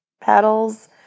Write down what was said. paddles